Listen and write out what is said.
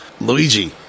luigi